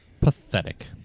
pathetic